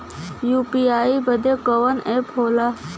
UPI बदे कवन app होला?